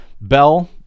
Bell